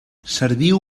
serviu